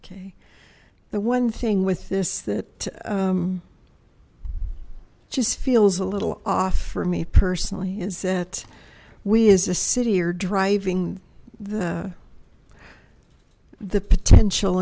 okay the one thing with this that just feels a little off for me personally is that we as a city are driving the the potential